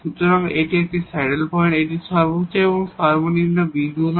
সুতরাং এটি একটি স্যাডেল পয়েন্ট এটি মাক্সিমাম বা মিনিমাম বিন্দু নয়